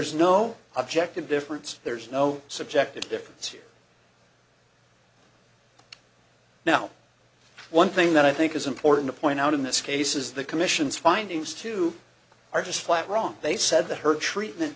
's no objective difference there's no subjective difference here now one thing that i think is important to point out in this case is the commission's findings two are just flat wrong they said that her treatment